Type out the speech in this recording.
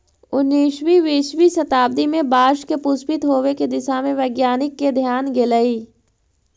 उन्नीसवीं बीसवीं शताब्दी में बाँस के पुष्पित होवे के दिशा में वैज्ञानिक के ध्यान गेलई